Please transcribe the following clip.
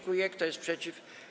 Kto jest przeciw?